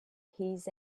his